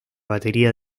batería